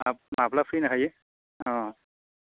माब्ला फैनो हायो अ